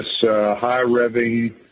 high-revving